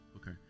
Okay